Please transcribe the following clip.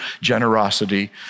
generosity